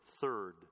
third